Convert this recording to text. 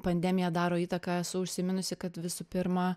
pandemija daro įtaką esu užsiminusi kad visų pirma